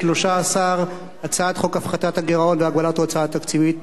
13. הצעת חוק הפחתת הגירעון והגבלת ההוצאה התקציבית